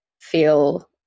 feel